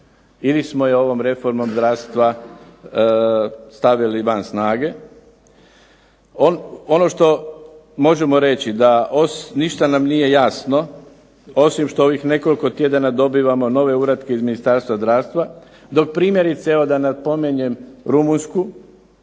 ili smo je ovom reformom zdravstva stavili van snage? Ono što možemo reći da ništa nam nije jasno osim što ovih nekoliko tjedana dobivamo nove uratke iz Ministarstva zdravstva dok primjerice evo da napomenem Rumunjsku